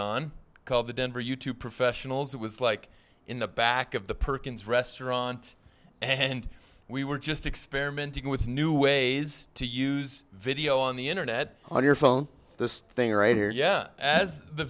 on called the denver you two professionals it was like in the back of the perkins restaurant and we were just experimenting with new ways to use video on the internet on your phone this thing right here yeah as the